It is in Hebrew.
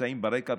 נמצאים ברקע,